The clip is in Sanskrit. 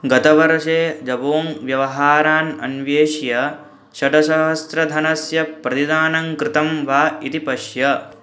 गतवर्षे जबोङ्ग् व्यवहारान् अन्वेष्य षड्सहस्रधनस्य प्रतिदानं कृतं वा इति पश्य